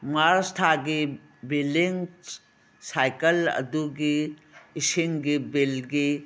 ꯃꯥꯔꯁ ꯊꯥꯒꯤ billing cycle ꯑꯗꯨꯒꯤ ꯏꯁꯤꯡꯒꯤ ꯕꯤꯜꯒꯤ